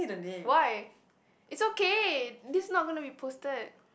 why is okay this not going be posted